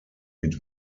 mit